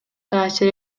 таасир